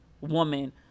woman